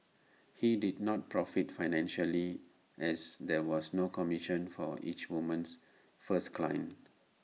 he did not profit financially as there was no commission for each woman's first client